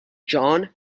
john